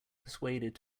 persuaded